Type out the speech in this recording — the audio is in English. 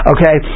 Okay